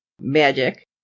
magic